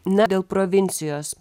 na dėl provincijos